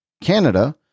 Canada